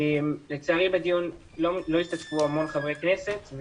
לצערי בדיון לא השתתפו הרבה חברי כנסת,